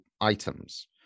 items